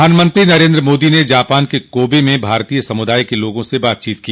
प्रधानमंत्री नरेन्द्र मोदी ने जापान के कोबे में भारतीय समुदाय के लोगों से बातचीत को